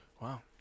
Wow